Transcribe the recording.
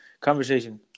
conversation